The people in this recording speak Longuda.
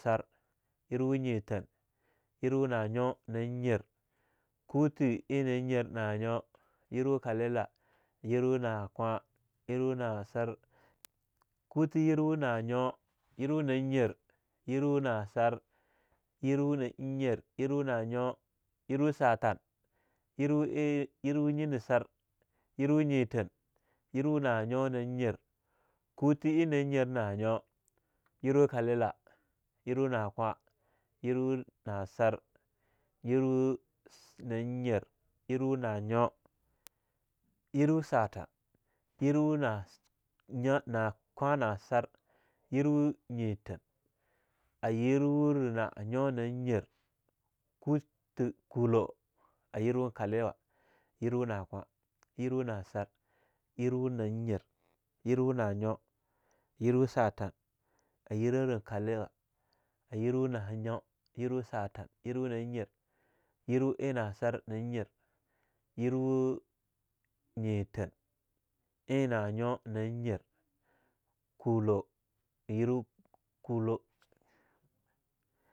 Tsar yerwa nyithan, yerwa nanyo-nayir, kutah ein nanyar nanyo, yerwa-kalela, yerwa nahakwa, yerwa nahasar, [sound from the speaker] kutha yerwa nanyo, yerwa nanyar, yerwa nahasar, yerwa naeinyar, yerwa nanyo, yerwa satan, yerwa ei yerwa nyenasr, yerwa nyethan, yerwa nanyo nanyar, kutha ei nanyar nahanyo, yirwa kalela, yerwa nahakwa, yerwa nahasar, yerwa [sound from the speaker] nanyar, yerwa nanyo, yerwa satan, yerwa [sound from the speaker] nakwa nasar, yerwa nyethan, ayerwara nanyo nanyar, kutha kulau, ayerwa ein kalewa yerwa nahakwah yerwa nahasar yerwa nanyar yerwa nanyo, yerwa satan, ayerara einkaliwa ayerwa nahanyo, yerwa satan, yerwa nanyar, yerwa ein nasar nanyar, yerwa nyethan, eing nanyo-nanyar, kulou, ein yerwa kulou, [sound from the speaker].